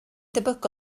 debyg